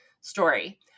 story